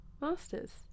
masters